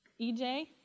EJ